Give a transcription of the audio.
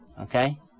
okay